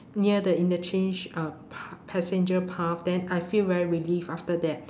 near the interchange uh p~ passenger path then I feel very relieved after that